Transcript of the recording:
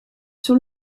sur